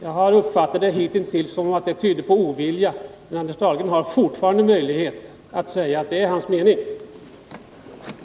Jag har uppfattat att det tyder på ovilja, men Anders Dahlgren har fortfarande möjlighet att säga att det är hans mening att göra så.